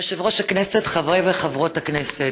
יושב-ראש הכנסת, חברות וחברי הכנסת,